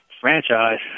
franchise